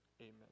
amen